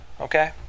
okay